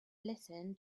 listen